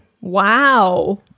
Wow